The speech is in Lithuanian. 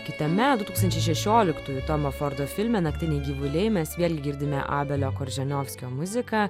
kitame du tūkstančiai šešioliktųjų tomo fordo filme naktiniai gyvuliai mes vėlgi girdime abelio korženiovskio muziką